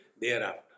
thereafter